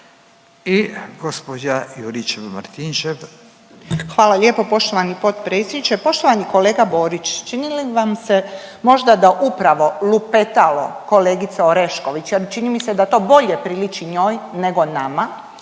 Branka (HDZ)** Hvala lijepo poštovani potpredsjedniče, poštovani kolega Borić. Čini li vam se možda da upravo lupetalo, kolegica Orešković, jer čini mi se da to bolje priliči njoj nego nama,